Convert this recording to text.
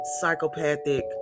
psychopathic